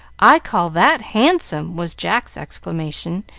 i call that handsome! was jack's exclamation,